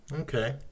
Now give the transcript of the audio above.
okay